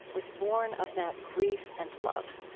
was borne of that grief and love.